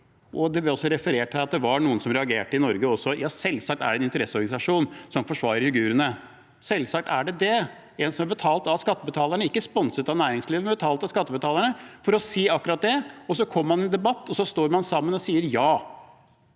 Det ble også referert til at det var noen som reagerte i Norge også. Ja, selvsagt er det en interesseorganisasjon som forsvarer uigurene. Selvsagt er det det: en som er betalt av skattebetalerne – ikke sponset av næringslivet, men betalt av skattebetalerne – for å si akkurat det. Så kommer man i debatt, og så står man sammen og sier ja.